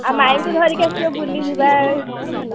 ଆଉ ମାଇଁଙ୍କୁ ଧରିକି ଆସିବ ବୁଲି ଯିବା